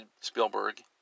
Spielberg